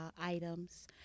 items